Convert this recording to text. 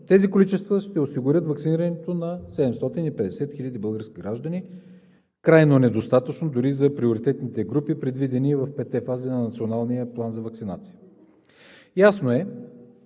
Тези количества ще осигурят ваксинирането на 750 хиляди български граждани – крайно недостатъчно дори за приоритетните групи, предвидени в петте фази на Националния план за ваксинация. Ясно е,